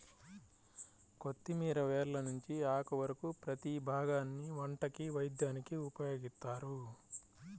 కొత్తిమీర వేర్ల నుంచి ఆకు వరకు ప్రతీ భాగాన్ని వంటకి, వైద్యానికి ఉపయోగిత్తారు